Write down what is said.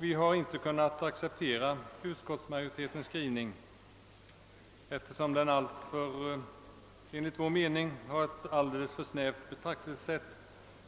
Vi har inte kunnat acceptera utskottsmajoritetens skrivning, eftersom den enligt vår mening innebär ett alldeles för snävt betraktelsesätt